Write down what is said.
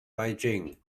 beijing